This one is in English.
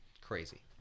crazy